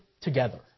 together